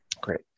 Great